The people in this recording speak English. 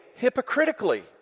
hypocritically